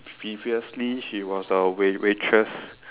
previously she was a wa~ waitress